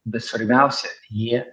bet svarbiausia jie